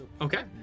Okay